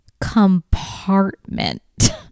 Compartment